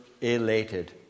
elated